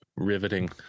Riveting